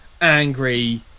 angry